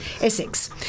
Essex